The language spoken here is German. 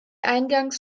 eingangs